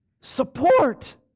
support